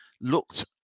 looked